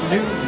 New